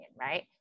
right